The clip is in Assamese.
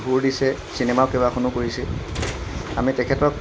সুৰ দিছে চিনেমা কেইবাখনো কৰিছে আমি তেখেতক